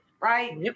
Right